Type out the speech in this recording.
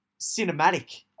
cinematic